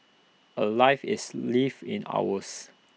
A life is lived in hours